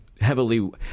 heavily